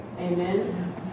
Amen